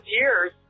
years